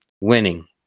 winning